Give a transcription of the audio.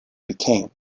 became